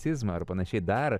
nacizmą ar panašiai dar